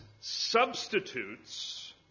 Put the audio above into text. substitutes